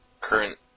current